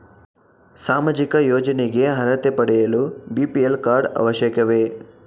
ಸಾಮಾಜಿಕ ಯೋಜನೆಗೆ ಅರ್ಹತೆ ಪಡೆಯಲು ಬಿ.ಪಿ.ಎಲ್ ಕಾರ್ಡ್ ಅವಶ್ಯಕವೇ?